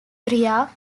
rea